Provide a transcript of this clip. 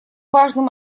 важным